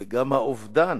וגם האובדן